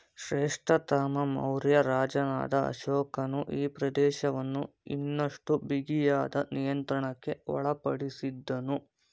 ಶ್ರೇಷ್ಠತಮ ಮೌರ್ಯ ರಾಜನಾದ ಅಶೋಕನು ಈ ಪ್ರದೇಶವನ್ನು ಇನ್ನಷ್ಟು ಬಿಗಿಯಾದ ನಿಯಂತ್ರಣಕ್ಕೆ ಒಳಪಡಿಸಿದ್ದನು